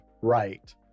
right